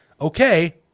okay